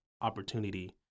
opportunity